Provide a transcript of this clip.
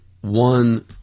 one